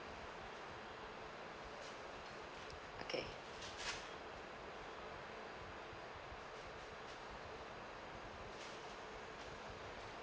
okay